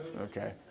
okay